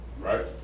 Right